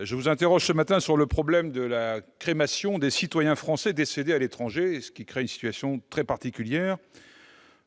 vous interroger sur le problème de la crémation des citoyens français décédés à l'étranger, laquelle crée une situation très particulière.